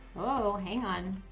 oh, hang on.